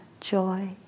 joy